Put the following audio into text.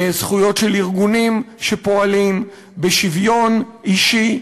בזכויות של ארגונים שפועלים, בשוויון אישי.